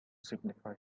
signified